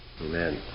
Amen